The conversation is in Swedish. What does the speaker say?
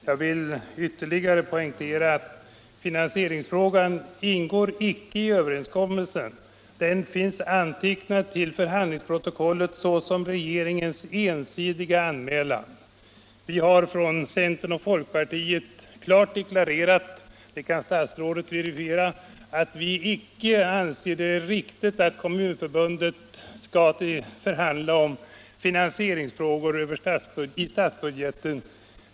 Jag vill ytterligare poängtera att finansieringsfrågan icke ingår i överenskommelsen. Den finns antecknad till förhandlingsprotokollet såsom regeringens ensidiga anmälan. Vi har från centern och folkpartiet klart deklarerat — det kan statsrådet verifiera — att vi icke anser det riktigt att Kommunförbundet skall förhandla med regeringen om finansieringsfrågor i statsbudgeten.